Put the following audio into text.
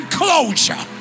closure